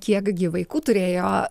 kiek gi vaikų turėjo